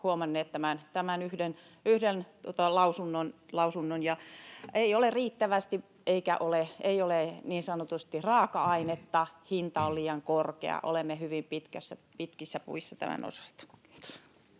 huomanneet tämän yhden lausunnon. Ei ole riittävästi, eikä ole niin sanotusti raaka-ainetta. Hinta on liian korkea. Olemme hyvin pitkissä puissa tämän osalta. — Kiitos.